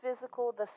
physical